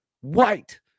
white